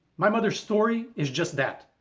my mother's story is just that.